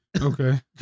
Okay